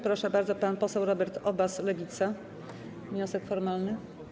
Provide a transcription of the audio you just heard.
Proszę bardzo, pan poseł Robert Obaz, Lewica - wniosek formalny.